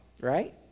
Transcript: right